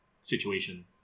situation